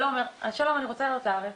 'שלום, אני רוצה לעלות לארץ,